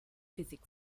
physics